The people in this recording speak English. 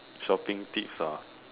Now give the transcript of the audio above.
shopping tips ah